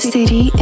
City